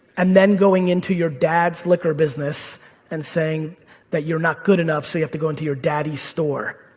and then going into your dad's liquor business and saying that you're not good enough so you have to go into your daddy's store.